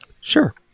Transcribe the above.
Sure